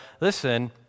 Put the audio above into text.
listen